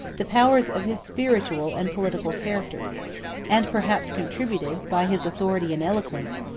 the powers of his spiritual and political characters and perhaps contributed, by his authority and eloquence,